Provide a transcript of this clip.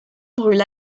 brûlent